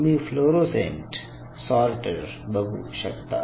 तुम्ही fluorescent sorter बघू शकता